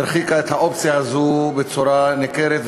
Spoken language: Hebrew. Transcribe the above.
הוא הרחיק את האופציה הזו בצורה ניכרת,